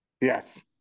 Yes